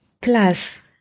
plus